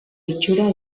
itxura